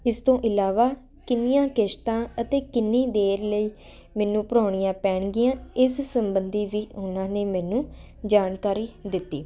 ਇਸ ਤੋਂ ਇਲਾਵਾ ਕਿੰਨੀਆਂ ਕਿਸ਼ਤਾਂ ਅਤੇ ਕਿੰਨੀ ਦੇਰ ਲਈ ਮੈਨੂੰ ਭਰਾਉਣੀਆਂ ਪੈਣਗੀਆਂ ਇਸ ਸੰਬੰਧੀ ਵੀ ਉਹਨਾਂ ਨੇ ਮੈਨੂੰ ਜਾਣਕਾਰੀ ਦਿੱਤੀ